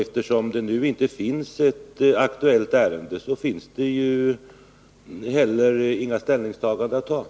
Eftersom det nu inte finns ett aktuellt ärende, finns det heller inga ställningstaganden att göra.